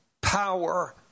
Power